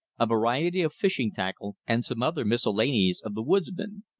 a variety of fishing tackle, and some other miscellanies of the woodsman.